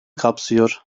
kapsıyor